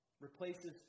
replaces